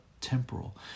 temporal